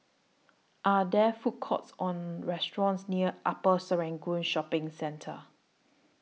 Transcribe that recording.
Are There Food Courts Or restaurants near Upper Serangoon Shopping Centre